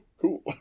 cool